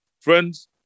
Friends